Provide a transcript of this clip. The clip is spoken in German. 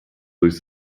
durch